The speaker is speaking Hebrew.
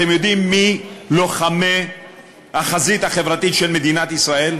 אתם יודעים מי לוחמי החזית החברתית של מדינת ישראל?